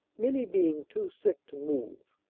many being too sick to move.